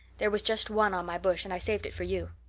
there was just one on my bush, and i saved it for you.